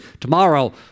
tomorrow